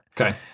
Okay